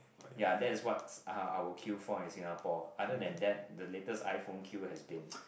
ya that is what uh I will queue for in Singapore other than that the latest iPhone queue has been